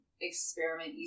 experiment